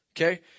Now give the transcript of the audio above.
okay